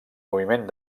moviment